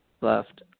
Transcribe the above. left